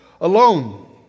alone